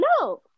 No